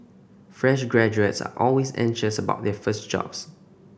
fresh graduates are always anxious about their first jobs